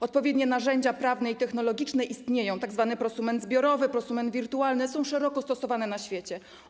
Odpowiednie narzędzia prawne i technologiczne istnieją, tzw. prosument zbiorowy, prosument wirtualny, są szeroko stosowane na świecie.